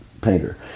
painter